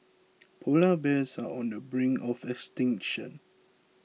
Polar Bears are on the brink of extinction